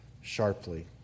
sharply